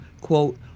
quote